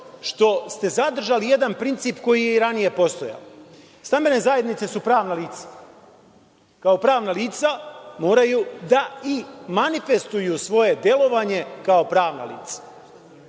što ste zadržali jedan princip koji je i ranije postojao. Naime, stambene zajednice su pravna lica. Kao pravna lica, moraju da i manifestuju svoje delovanje kao pravna lica.